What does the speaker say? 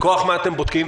מכוח מה אתם בודקים?